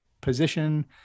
position